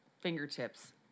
fingertips